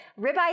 Ribeye